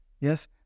Yes